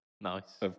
nice